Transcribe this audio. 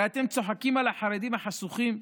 הרי אתם צוחקים על החרדים החשוכים,